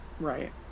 right